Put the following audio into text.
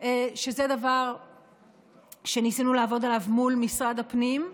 שזה דבר שניסינו לעבוד עליו מול משרד הפנים.